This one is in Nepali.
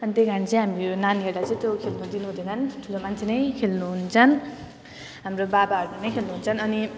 अनि त्यही कारणले चाहिँ हामी यो नानीहरूलाई चाहिँ त्यो खेल्नु दिनुहुँदैन ठुलो मान्छेले खेल्नुहुन्छ हाम्रो बाबाहरू नै खेल्नुहुन्छ अनि